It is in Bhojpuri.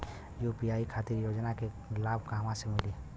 यू.पी खातिर के योजना के लाभ कहवा से मिली?